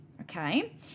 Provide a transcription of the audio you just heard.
Okay